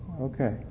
Okay